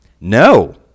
no